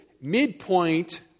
midpoint